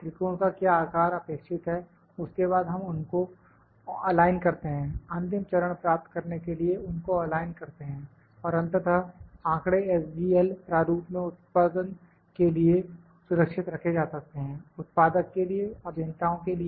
त्रिकोण का क्या आकार अपेक्षित है उसके बाद हम उनको अलाइन करते हैं अंतिम चरण प्राप्त करने के लिए उनको अलाइन करते हैं और अंततः आंकड़े SGL प्रारूप में उत्पादन के लिए सुरक्षित रखे जा सकते हैं उत्पादक के लिए अभियंताओं के लिए